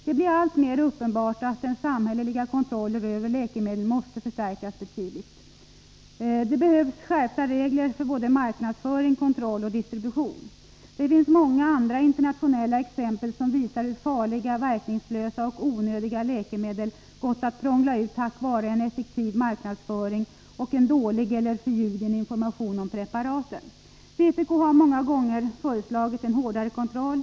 Det blir alltmer uppenbart att den samhälleliga kontrollen över läkemedlen måste förstärkas betydligt. Det behövs skärpta regler för både marknadsföring, kontroll och distribution. Även många andra internationella exempel visar hur farliga, verkningslösa och onödiga läkemedel gått att prångla ut tack vare en effektiv marknadsföring och en dålig eller förljugen information om preparaten. Vpk har många gånger föreslagit en hårdare kontroll.